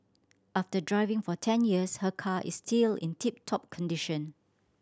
after driving for ten years her car is still in tip top condition